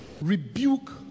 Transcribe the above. rebuke